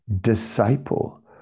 disciple